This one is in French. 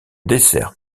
dessert